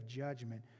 judgment